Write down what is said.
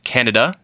Canada